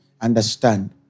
understand